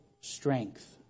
strength